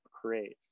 create